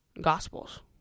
Gospels